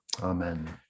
Amen